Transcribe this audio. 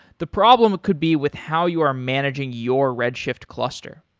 the problem could be with how you are managing your redshift cluster.